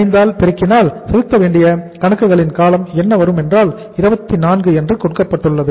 50 ஆல் பெருக்கினால் செலுத்தவேண்டிய கணக்குகளின் காலம் என்ன வரும் என்றால் 24 என்று கொடுக்கப்பட்டுள்ளது